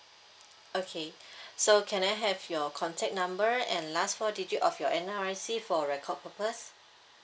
okay so can I have your contact number and last four digit of your N_R_I_C for record purpose